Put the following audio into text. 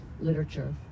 literature